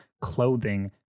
clothing